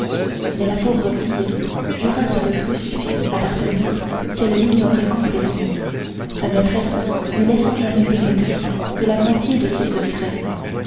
mais la pauvre fille jura sur le crucifix à d'artagnan qu'elle l'ignorait complètement sa maîtresse ne laissant jamais pénétrer que la moitié de ses secrets